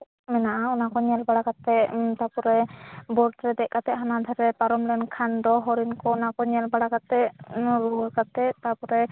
ᱢᱮᱱᱟᱜᱼᱟ ᱚᱱᱟ ᱠᱚ ᱧᱮᱞ ᱵᱟᱲᱟ ᱠᱟᱛᱮᱫ ᱛᱟᱯᱚᱨᱮ ᱵᱳᱴ ᱨᱮ ᱫᱮᱡ ᱠᱟᱛᱮᱫ ᱦᱟᱱᱟ ᱫᱷᱟᱨᱮ ᱯᱟᱨᱚᱢ ᱞᱮᱱᱠᱷᱟᱱ ᱫᱚ ᱦᱚᱨᱤᱱ ᱠᱚ ᱚᱱᱟ ᱠᱚ ᱧᱮᱞ ᱵᱟᱲᱟ ᱠᱟᱛᱮᱫ ᱱᱚᱣᱟ ᱨᱩᱣᱟᱹᱲ ᱠᱟᱛᱮᱫ ᱛᱟᱯᱚᱨᱮ